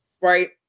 right